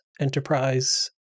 Enterprise